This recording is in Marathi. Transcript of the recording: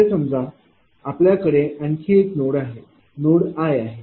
असे समजा आपल्याकडे आणखी एक नोड आहे नोड i आहे